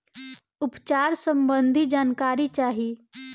उपचार सबंधी जानकारी चाही?